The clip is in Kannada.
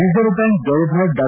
ರಿಸರ್ವ್ ಬ್ಲಾಂಕ್ ಗವರ್ನರ್ ಡಾ